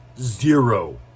zero